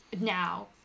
now